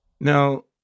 Now